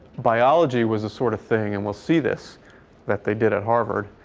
biology was the sort of thing and we'll see this that they did at harvard